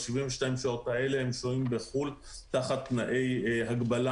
ב-72 שעות האלה הם שוהים בחו"ל תחת תנאי הגבלה.